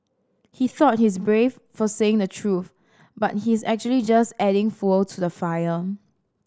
he thought he's brave for saying the truth but he's actually just adding fuel to the fire